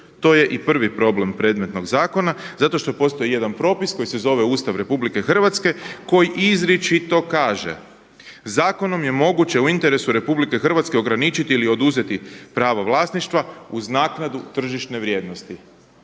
to je i prvi problem predmetnog zakona zato što postoji jedan propis koji se zove Ustav RH koji izričito kaže „Zakonom je moguće u interesu RH ograničiti ili oduzeti pravo vlasništva uz naknadu tržišne vrijednosti“.